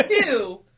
two